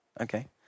Okay